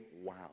wow